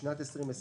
בשנת 2020